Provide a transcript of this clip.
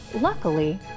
Luckily